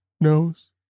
knows